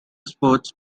sports